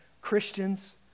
Christians